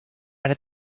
elle